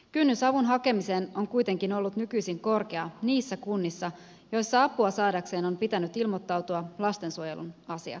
kynnys avun hakemiseen on kuitenkin ollut nykyisin korkea niissä kunnissa joissa apua saadakseen on pitänyt ilmoittautua lastensuojelun asiakkaaksi